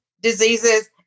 diseases